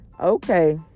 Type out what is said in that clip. okay